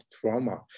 trauma